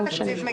אני